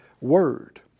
word